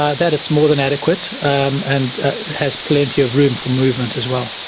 ah that, it's more than adequate and has plenty of room for movement as well.